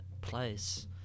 place